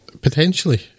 potentially